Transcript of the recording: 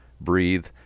breathe